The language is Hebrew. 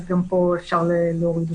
אז גם פה אפשר להוריד אותו.